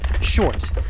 short